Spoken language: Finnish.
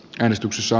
käännöstussa